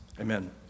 Amen